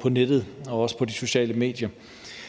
på nettet og også på de sociale medier.